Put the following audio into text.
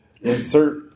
Insert